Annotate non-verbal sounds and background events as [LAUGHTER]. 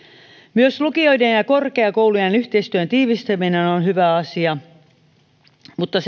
myös lukioiden ja ja korkeakoulujen yhteistyön tiivistäminen on on hyvä asia mutta [UNINTELLIGIBLE]